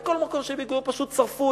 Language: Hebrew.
כל מקום שהם הגיעו הם פשוט שרפו,